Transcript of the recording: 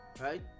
Right